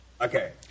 Okay